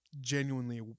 genuinely